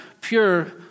pure